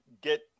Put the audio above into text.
get